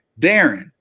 Darren